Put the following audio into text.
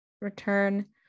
return